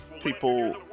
people